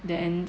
then